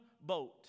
boat